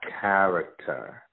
character